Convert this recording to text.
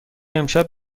امشب